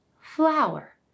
flower